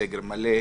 סגר מלא,